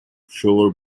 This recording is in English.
shore